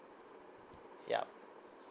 yup